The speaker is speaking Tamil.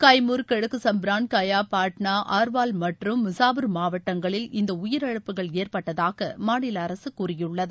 கைமுர் கிழக்கு சம்ப்ரான் கயா பாட்னா ஆர்வால் மற்றும் முசாபூர் மாவட்டங்களில் இந்த உயிரிழப்புகள் ஏற்பட்டதாக மாநில அரசு கூறியுள்ளது